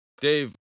dave